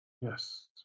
Yes